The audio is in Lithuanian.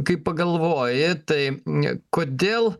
kai pagalvoji tai kodėl